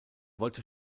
wollte